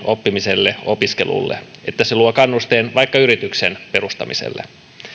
oppimiselle opiskelulle että se luo kannusteen vaikka yrityksen perustamiselle